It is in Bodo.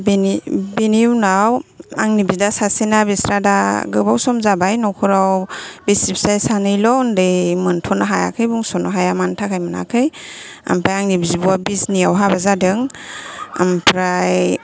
बेनि उनाव आंनि बिदा सासेना बिस्रा दा गोबाव सम जाबाय नख'राव बासि फिसाय सानैल' उन्दै मोनथ'नो हायाखै बुंस'नो हाया मानो थाखाय मोनाखै ओमफ्राय आंनि बिब'आ बिजनियाव हाबा जादों ओमफ्राय